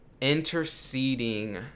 interceding